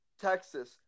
Texas